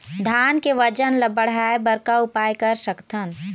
धान के वजन ला बढ़ाएं बर का उपाय कर सकथन?